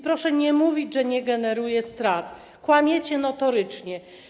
Proszę nie mówić, że nie generuje strat - kłamiecie notorycznie.